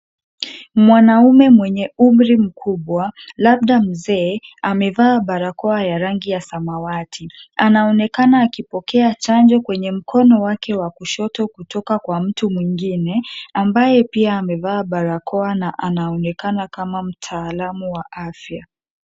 Mwanaume mwenye umri mkubwa labda mzee amevaa barakoa ya rangi ya samawati. Anaonekana akipokea chanjo kwenye mkono wake wa kushoto kutoka kwa mtu mwingine ambaye pia amevaa barakoa na anaonekana kama mtaalamu wa afya.